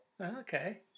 Okay